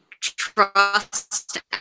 trust